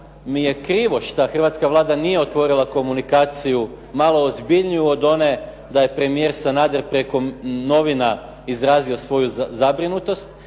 mi je krivo što hrvatska Vlada nije otvorila komunikaciju malo ozbiljniju od one da je premijer Sanader preko novina izrazio svoju zabrinutost?